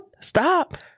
Stop